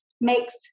makes